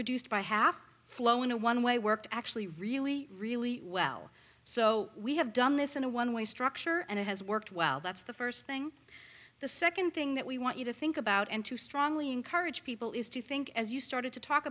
reduced by half flow in a one way worked actually really really well so we have done this in a one way structure and it has worked well that's the first thing the second thing that we want you to think about and to strongly encourage people is to think as you started to talk